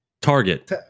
Target